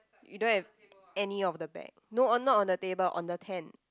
you don't have any of the bag no on not the table on the tent